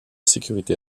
sécurité